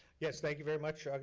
yes, thank you very much,